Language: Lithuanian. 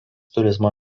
turizmo